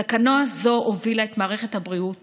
סכנה זו הובילה את מערכת הבריאות